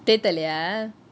theatre லேயா:leya